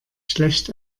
schlecht